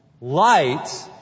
Light